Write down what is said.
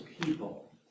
people